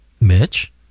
Mitch